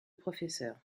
professeur